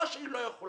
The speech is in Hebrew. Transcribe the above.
זה לא שהיא לא יכולה.